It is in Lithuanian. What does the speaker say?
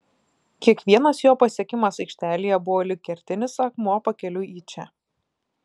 kiekvienas jo pasiekimas aikštelėje buvo lyg kertinis akmuo pakeliui į čia